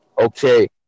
okay